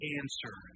answer